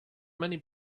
many